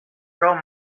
tro